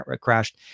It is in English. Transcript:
crashed